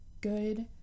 good